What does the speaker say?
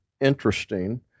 interesting